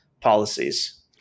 policies